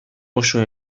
oso